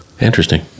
interesting